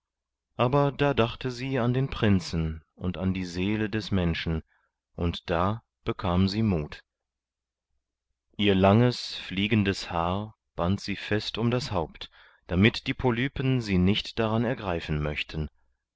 aber da dachte sie an den prinzen und an die seele des menschen und da bekam sie mut ihr langes fliegendes haar band sie fest um das haupt damit die polypen sie nicht daran ergreifen möchten